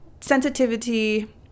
sensitivity